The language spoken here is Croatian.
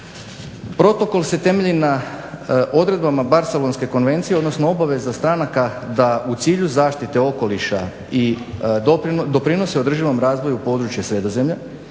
Protokol se temelji na odredbama Barcelonske konvencije, odnosno obaveza stranaka da u cilju zaštite okoliša doprinosi održivom razvoju područja Sredozemlja,